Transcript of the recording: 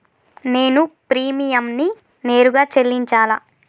నేను ప్రీమియంని నేరుగా చెల్లించాలా?